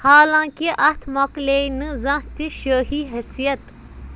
حالانٛکہِ اَتھ مۄکلے نہٕ زانٛہہ تہِ شٲہی حیثیت